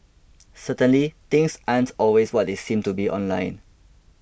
certainly things aren't always what they seem to be online